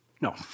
No